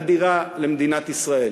אדירה למדינת ישראל.